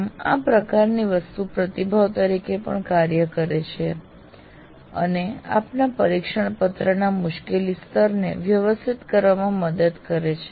આમ આ પ્રકારની વસ્તુ પ્રતિભાવ તરીકે પણ કાર્ય કરે છે અને આપના પરીક્ષણ પત્રના મુશ્કેલી સ્તરને વ્યવસ્થિત કરવામાં મદદ કરે છે